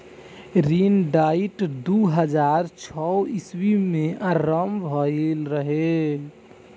ऋण डाइट दू हज़ार छौ ईस्वी में आरंभ भईल रहे